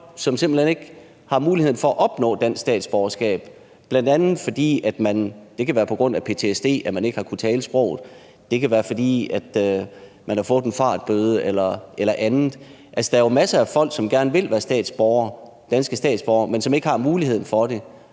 som simpelt hen ikke har mulighed for at opnå dansk statsborgerskab. Det kan være på grund af ptsd, at man ikke har kunnet lære sproget; det kan være, fordi man har fået en fartbøde eller andet. Altså, der er jo masser af folk, som gerne vil være danske statsborgere, men som ikke har muligheden for det,